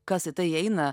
kas į tai įeina